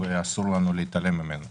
אסור לנו להתעלם ממנו.